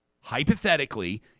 hypothetically